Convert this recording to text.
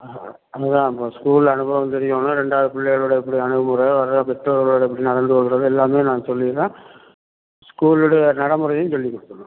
ஆ அது தான் இப்போ ஸ்கூல் அனுபவம் தெரியும் ஆனால் ரெண்டாவது பிள்ளைங்களோட எப்படி அணுகுமுறை வர பெற்றோர்களோட எப்படி நடந்து கொள்கிறது எல்லாமே நான் சொல்லிடுறேன் ஸ்கூலோட நடைமுறையும் சொல்லிக் கொடுத்துவிட்றோம்